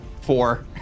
Four